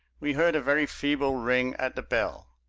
we heard a very feeble ring at the bell.